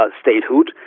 statehood